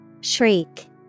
Shriek